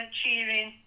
cheering